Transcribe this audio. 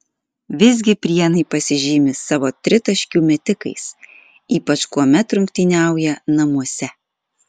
visgi prienai pasižymi savo tritaškių metikais ypač kuomet rungtyniauja namuose